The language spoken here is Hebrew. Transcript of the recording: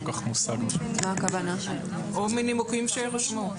או מנימוקים שיירשמו.